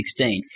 16